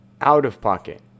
Out-of-pocket